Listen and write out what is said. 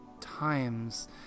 times